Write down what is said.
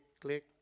click